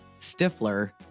Stifler